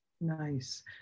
Nice